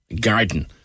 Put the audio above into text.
garden